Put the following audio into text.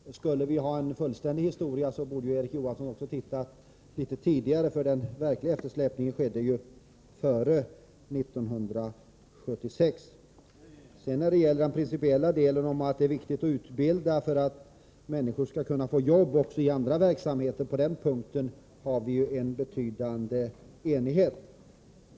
För att få historien fullständig borde Erik Johansson också se litet längre bakåt i tiden, eftersom den verkliga eftersläpningen skedde före 1976! I den principiella delen av anförandet berördes vikten av att utbilda för att människor skall kunna få jobb också i andra verksamheter. På den punkten har vi en betydande enighet.